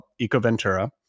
Ecoventura